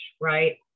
right